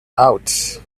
out